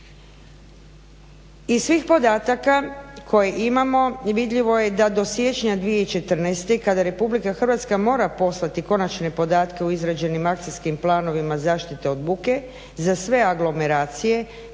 Iz svih podataka koje imamo vidljivo je da do siječnja 2014. kada Republika Hrvatska mora poslati konačne podatke o izrađenim akcijskim planovima zaštite od buke, za sve aglomeracije,